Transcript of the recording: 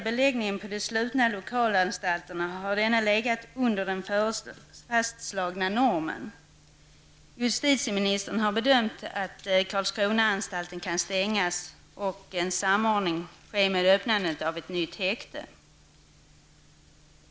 Beläggningen på de slutna lokalanstalterna har legat under den fastslagna normen. Justitieministern har bedömt att Karlskronaanstalten kan stängas och att samordning kan ske i och med öppnandet av ett nytt häkte.